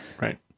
right